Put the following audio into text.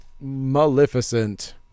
Maleficent